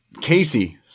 Casey